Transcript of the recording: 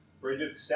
Bridget